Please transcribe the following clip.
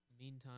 meantime